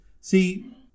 See